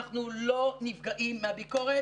אנחנו לא נפגעים מהביקורת.